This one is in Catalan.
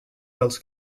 dels